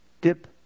dip